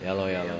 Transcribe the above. ya lor ya lor